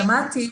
שמעתי.